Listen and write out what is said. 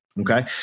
Okay